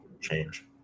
change